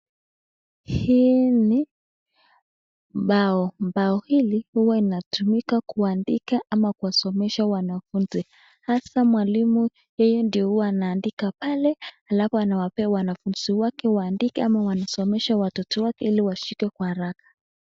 Hii ni mbao, mbao hili huwa inatumika kuandika ama kusomesha wanafunzi hasa walimu uwa anaandika pale alafu nawapea wanafunzi wake waandike ama kusomesha watoto wake ili washike Kwa haraka